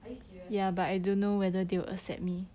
are you serious